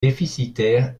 déficitaire